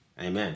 Amen